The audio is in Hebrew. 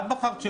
את בחרת שלא.